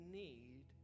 need